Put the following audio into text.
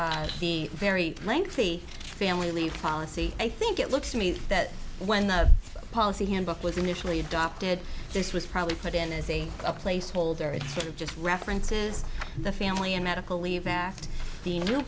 through the very lengthy family policy i think it looks to me that when the policy handbook was initially adopted this was probably put in as a placeholder it just references the family and medical leave act the new